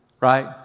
Right